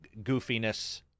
goofiness